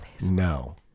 No